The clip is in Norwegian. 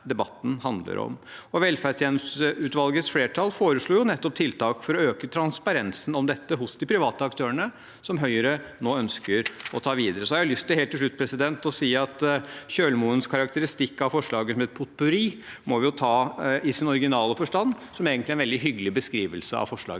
Velferdstjenesteutvalgets flertall foreslo nettopp tiltak for å øke transparensen om dette hos de private aktørene, som Høyre nå ønsker å ta videre. Helt til slutt har jeg lyst til å si at Kjølmoens karakteristikk av forslaget som et potpurri må vi ta i sin originale forstand, som egentlig er en veldig hyggelig beskrivelse av forslaget